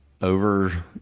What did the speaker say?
over